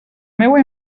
meua